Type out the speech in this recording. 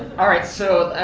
all right, so,